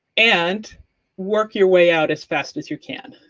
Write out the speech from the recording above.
and work your way out as fast as you can.